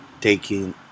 taking